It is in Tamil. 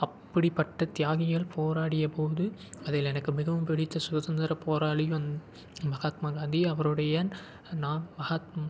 அப்படிப்பட்ட தியாகிகள் போராடியபோது அதில் எனக்கு மிகவும் பிடித்த சுதந்திர போராளி வந்து மஹாத்மா காந்தி அவருடைய நான் மஹாத்மா